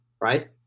right